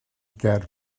ger